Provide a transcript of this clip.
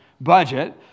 budget